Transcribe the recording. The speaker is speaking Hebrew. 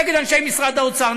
נגד אנשי משרד האוצר,